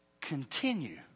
continue